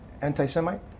anti-Semite